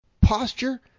posture